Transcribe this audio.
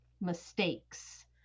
mistakes